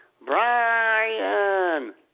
Brian